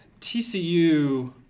TCU